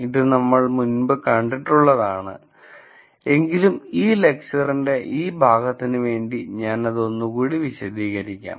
ഇത് നമ്മൾ മുൻപ് കണ്ടിട്ടുള്ളതാണ് എങ്കിലും ഈ ലെക്ചറിന്റെ ഈ ഭാഗത്തിനുവേണ്ടി ഞാൻ അത് ഒന്നുകൂടി വിശദീകരിക്കാം